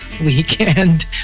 weekend